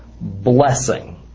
blessing